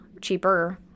cheaper